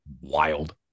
wild